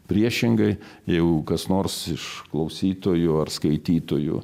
priešingai jeigu kas nors iš klausytojų ar skaitytojų